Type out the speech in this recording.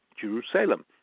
Jerusalem